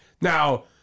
Now